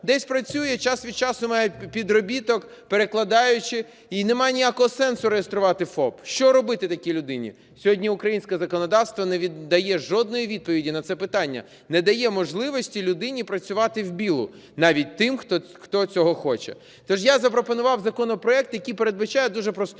десь працює, час від часу має підробіток – перекладаючи, і не має ніякого сенсу реєструвати ФОП. Що робити такій людині? Сьогодні українське законодавство не дає жодної відповіді на це питання, не дає можливості людині працювати "в білу", навіть тим, хто цього хоче. То ж я запропонував законопроект, який передбачає дуже просту